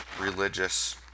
religious